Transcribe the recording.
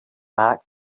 back